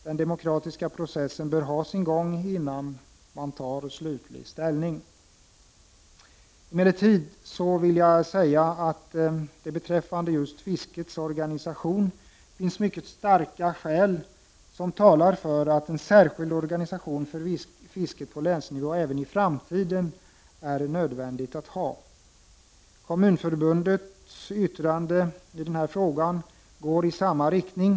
Den demokratiska processen bör ha sin gång innan man tar slutlig ställning. Emellertid vill jag säga att det finns mycket starka skäl som talar för att en särskild organisation för fisket på länsnivå även i framtiden är nödvändig att ha. Kommunförbundets yttrande i denna fråga går i samma riktning.